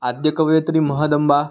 आद्य कवयित्री महदंबा